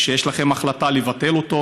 שיש לכם החלטה לבטל אותו.